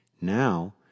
Now